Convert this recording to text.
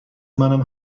منم